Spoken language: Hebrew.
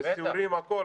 וסיורים, הכול.